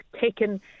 taken